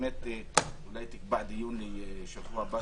לקבוע דיון שבוע הבא.